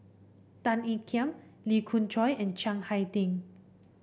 Tan Ean Kiam Lee Khoon Choy and Chiang Hai Ding